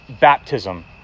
baptism